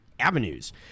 avenues